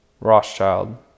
Rothschild